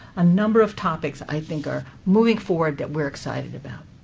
a number of topics i think are moving forward that we're excited about.